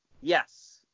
Yes